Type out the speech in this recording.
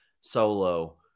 Solo